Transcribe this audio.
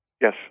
Yes